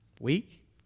week